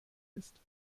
ist